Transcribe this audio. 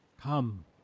Come